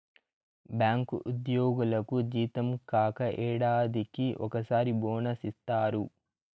bank ఉద్యోగులకు జీతం కాక ఏడాదికి ఒకసారి బోనస్ ఇత్తారు